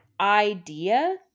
idea